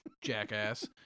jackass